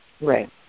Right